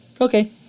okay